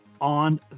on